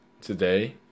today